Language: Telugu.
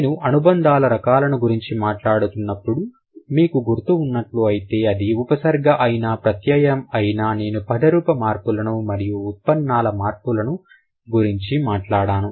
నేను అనుబంధాల రకాలను గురించి మాట్లాడుతున్నప్పుడు మీకు గుర్తు ఉన్నట్లు అయితే అది ఉపసర్గ అయినా ప్రత్యయం అయిన నేను పదరూప మార్పులను మరియు ఉత్పన్నాలు మార్ఫిముల గురించి మాట్లాడాను